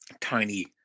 tiny